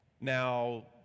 Now